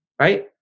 right